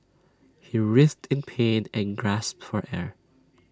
he writhed in pain and gasped for air